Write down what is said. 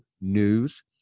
News